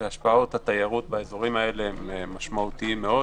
והשפעות התיירות באזורים האלה משמעותיים מאוד.